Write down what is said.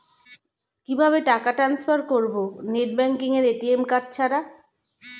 কিভাবে টাকা টান্সফার করব নেট ব্যাংকিং এবং এ.টি.এম কার্ড ছাড়া?